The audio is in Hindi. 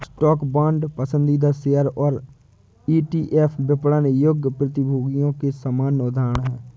स्टॉक, बांड, पसंदीदा शेयर और ईटीएफ विपणन योग्य प्रतिभूतियों के सामान्य उदाहरण हैं